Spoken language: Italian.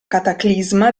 cataclisma